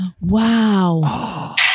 Wow